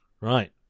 right